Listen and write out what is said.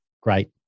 great